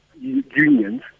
unions